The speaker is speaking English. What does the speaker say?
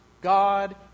God